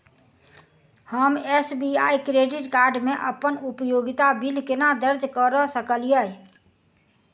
हम SBI credit card मे अप्पन उपयोगिता बिल केना दर्ज करऽ सकलिये?